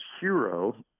Hero